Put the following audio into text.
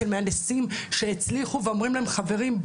של מהנדסים שהצליחו ואומרים להם: חברים,